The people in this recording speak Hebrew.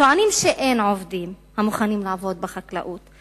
טוענים שאין עובדים שמוכנים לעבוד בחקלאות.